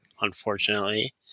unfortunately